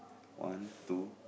one two